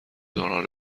دوران